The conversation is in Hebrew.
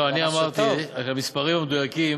לא, אני אמרתי את המספרים המדויקים.